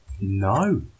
No